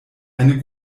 eine